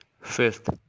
Fifth